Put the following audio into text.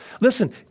Listen